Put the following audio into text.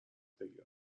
بگیرم